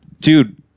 Dude